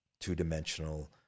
two-dimensional